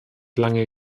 lange